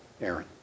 Aaron